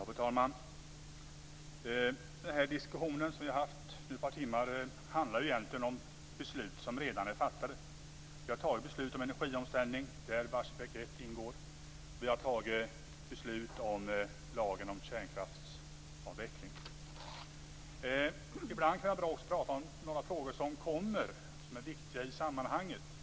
Fru talman! Den diskussion som nu har pågått under ett par timmar handlar egentligen om beslut som redan är fattade. Vi har fattat beslut om energiomställning, där Barsebäck 1 ingår. Vi har också fattat beslut om lagen om kärnkraftsavveckling. Ibland kan det också vara bra att ta upp några frågor som kommer och som är viktiga i sammanhanget.